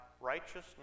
righteousness